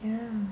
ya